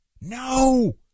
no